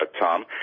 Tom